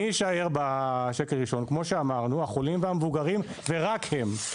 מי יישאר בשקל ראשון החולים והמבוגרים ורק הם.